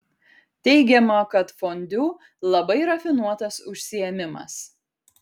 teigiama kad fondiu labai rafinuotas užsiėmimas